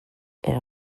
elle